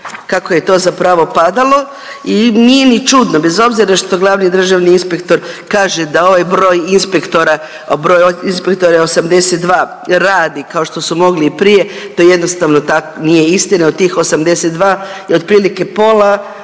kako je to zapravo padalo i nije ni čudno bez obzira što glavni državni inspektor kaže da ovaj broj inspektora, broj inspektora je 82 radi kao što su mogli i prije. To jednostavno nije istina. Od tih 82 je otprilike pola